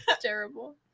terrible